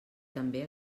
també